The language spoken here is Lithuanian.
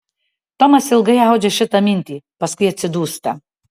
tomas ilgai audžia šitą mintį paskui atsidūsta